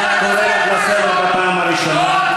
אני קורא אותך לסדר בפעם הראשונה.